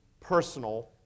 personal